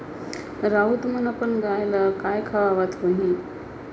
राउत मन अपन गाय ल काय खवावत होहीं